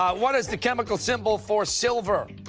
what is the chemical symbol for silver?